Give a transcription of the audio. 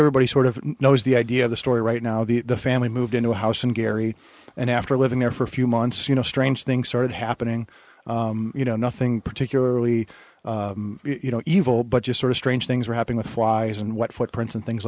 everybody sort of knows the idea of the story right now the family moved into a house in gary and after living there for a few months you know strange things started happening you know nothing particularly you know evil but just sort of strange things were happening with flies and what footprints and things